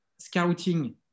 scouting